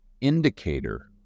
indicator